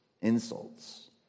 insults